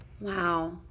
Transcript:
wow